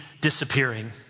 disappearing